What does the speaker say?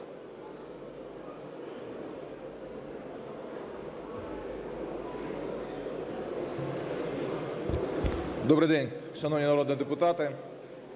Добрий день, шановні народні депутати!